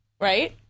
right